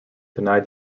denied